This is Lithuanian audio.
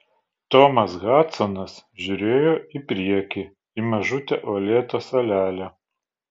tomas hadsonas žiūrėjo į priekį į mažutę uolėtą salelę